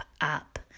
up